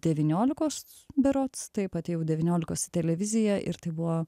devyniolikos berods taip atėjau devyniolikos į televiziją ir tai buvo